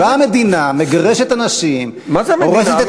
באה המדינה, מגרשת אנשים, מה זה "המדינה"?